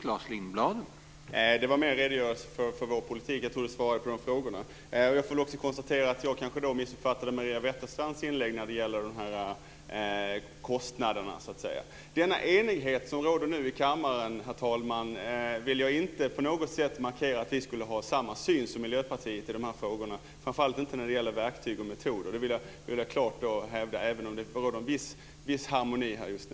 Herr talman! Det var mer en redogörelse för vår politik. Jag tror att jag fick svar på frågorna. Jag får väl också konstatera att jag kanske missuppfattade Maria Wetterstrands inlägg när det gäller kostnaderna. Den enighet som nu råder i kammaren, herr talman, markerar inte på något sätt att vi skulle ha samma syn som Miljöpartiet i de här frågorna, framför allt inte när det gäller verktyg och metoder. Det vill jag klart hävda, även om det råder en viss harmoni här just nu.